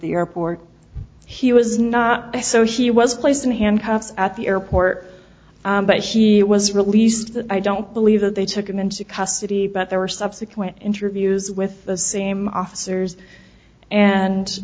the airport he was not so she was placed in handcuffs at the airport but she was released that i don't believe that they took him into custody but there were subsequent interviews with the same officers and